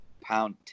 pound